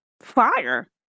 fire